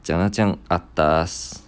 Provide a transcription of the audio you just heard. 讲到这样 atas